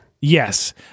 Yes